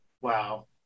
Wow